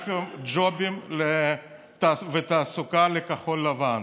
רק ג'ובים ותעסוקה לכחול לבן.